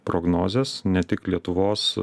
prognozes ne tik lietuvos